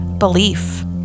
belief